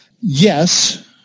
Yes